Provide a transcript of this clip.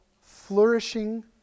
flourishing